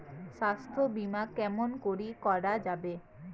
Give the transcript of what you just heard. স্বাস্থ্য বিমা কেমন করি করা যাবে?